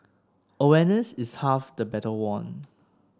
awareness is half the battle won